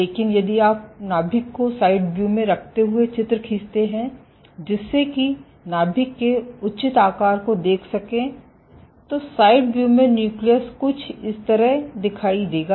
लेकिन यदि आप नाभिक को साइड व्यू में रखते हुये चित्र खींचते हैं जिससे कि नाभिक के उचित आकार को देख सकें है तो साइड व्यू में न्यूक्लियस कुछ इस तरह दिखाई देगा